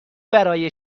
برای